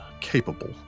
capable